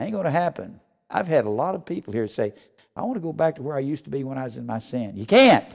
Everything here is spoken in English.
to happen i've had a lot of people here say i want to go back to where i used to be when i was in my saying you can't